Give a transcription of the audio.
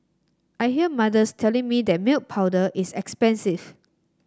I hear mothers telling me that milk powder is expensive